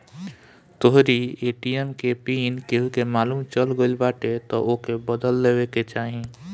तोहरी ए.टी.एम के पिन केहू के मालुम चल गईल बाटे तअ ओके बदल लेवे के चाही